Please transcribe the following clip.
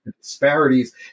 disparities